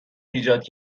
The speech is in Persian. ایجاد